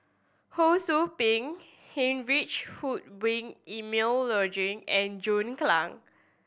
Ho Sou Ping Heinrich Ludwig Emil Luering and John Clang